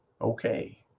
okay